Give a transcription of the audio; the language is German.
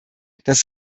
das